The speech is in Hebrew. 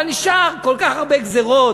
אבל נשארו כל כך הרבה גזירות.